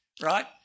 right